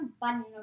button